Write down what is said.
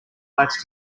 lights